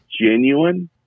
genuine